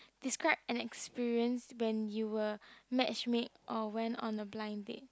describe an experience when you were match made or went on a blind date